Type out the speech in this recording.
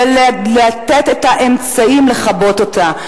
ולתת את האמצעים לכבות אותה.